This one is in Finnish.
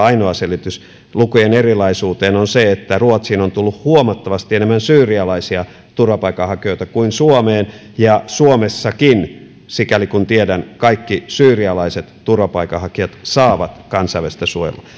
ainoa selitys lukujen erilaisuuteen on se että ruotsiin on tullut huomattavasti enemmän syyrialaisia turvapaikanhakijoita kuin suomeen ja suomessakin sikäli kuin tiedän kaikki syyrialaiset turvapaikanhakijat saavat kansainvälistä suojelua